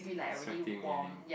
sweating really